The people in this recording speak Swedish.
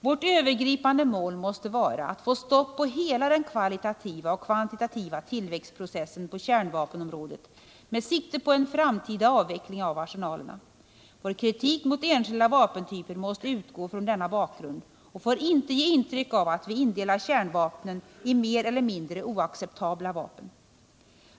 Vårt övergripande mål måste vara att få stopp på hela den kvalitativa och kvantitativa tillväxtprocessen på kärnvapenområdet med sikte på en framtida avveckling av arsenalerna. Vår kritik mot enskilda vapentyper måste utgå från denna bakgrund och får inte ge intryck av att vi indelar kärnvapnen i mer och mindre oacceptabla vapen.